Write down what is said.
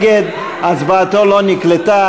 הצבעתו לא נקלטה.